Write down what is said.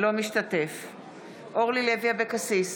משתתף בהצבעה אורלי לוי אבקסיס,